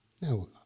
Now